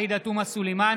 עאידה תומא סלימאן,